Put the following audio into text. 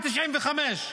ב-1995.